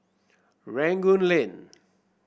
Rangoon Lane